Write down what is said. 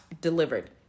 delivered